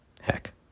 Heck